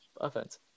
Offense